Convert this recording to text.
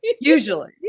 usually